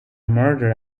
murder